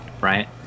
right